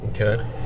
Okay